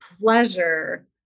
pleasure